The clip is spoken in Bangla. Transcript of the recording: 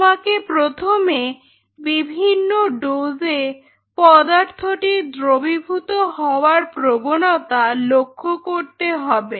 তোমাকে প্রথমে বিভিন্ন ডোসে পদার্থটির দ্রবীভূত হওয়ার প্রবণতা লক্ষ্য করতে হবে